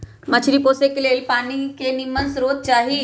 मछरी पोशे के लेल पानी के निम्मन स्रोत चाही